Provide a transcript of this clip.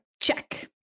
Check